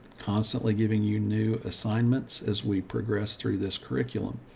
constantly giving you new assignments. as we progress through this curriculum.